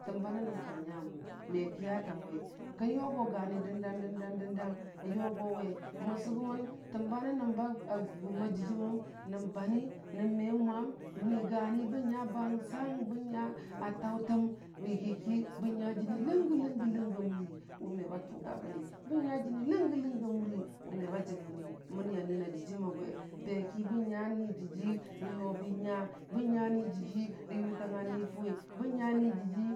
Təmbə nənəm kə nyagʊ, men kyətəng we, kənyogo gəəni dəndang dəndəng, mən sʊgʊmən təmbə nəmdin ba gʊba dəjiməm nən banii nən me mʊam, məni gani bən nya bəəng səng bən nya a təutəm, yiigi ki bən nya jiini ləngə lənge a mʊn wʊ me ba tʊangə bəni, bən nya jiini lənyə-ləngə a mʊri wʊ mebə jiig bəni məni a nənəni a mʊri dəjim a gwe beki bən nya nii dəji rə yʊbi nya, bən nya nii dəji rə yʊ təngə niifʊwi, bən nya nii dəji.